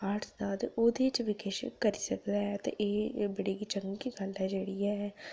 arts दा ते ओह्दे च बी किश करी सकदा ऐ ते एह् बड़ी गै चंगी गल्ल ऐ जेह्ड़ी ऐ